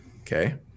Okay